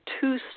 two